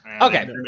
Okay